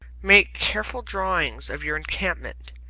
make careful drawings of your encampment,